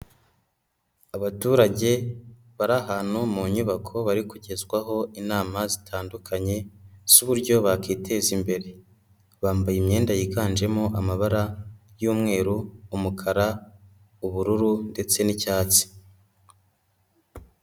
Abaturage bari ahantu mu nyubako bari kugezwaho inama zitandukanye z'uburyo bakiteza imbere, bambaye imyenda yiganjemo amabara y'umweru, umukara, ubururu ndetse n'cyatsi.